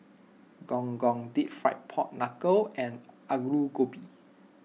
Gong Gong Deep Fried Pork Knuckle and Aloo Gobi